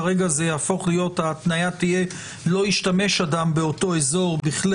כרגע ההתניה תהיה ש"לא ישתמש אדם באותו אזור בכלי